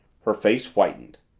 her face whitened.